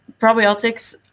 probiotics